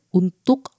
untuk